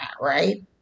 right